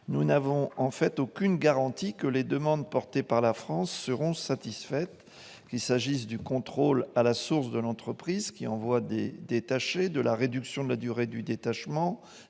nous n'avons de fait aucune garantie que les demandes portées par la France seront satisfaites, qu'il s'agisse du contrôle à la source de l'entreprise qui envoie des travailleurs détachés, de la réduction de la durée du détachement,